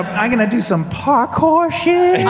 i'm going to do some parkour shit.